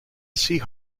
sea